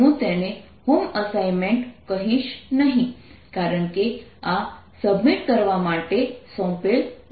હું તેને home assignment કહીશ નહીં કારણ કે આ સબમિટ કરવા માટે સોંપેલ નથી